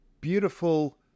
beautiful